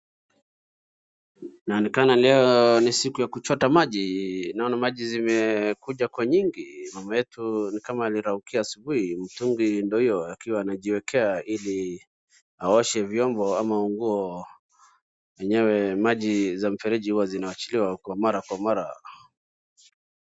Inaonekana leo ni siku ya kuchota maji, naona maji zimekuja kwa wingi, mama wetu ni kama aliraukia asubuhi, mtungi ndio hiyo anajiwekea ili aoshe vyombo ama nguo. Enyewe maji za mrefereji huwa zinaachiliwa kwa mara kwa mara.